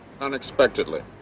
Unexpectedly